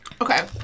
Okay